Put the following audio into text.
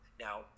Now